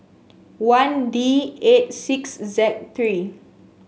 one D eight six Z three